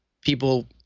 people